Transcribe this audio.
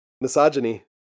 Misogyny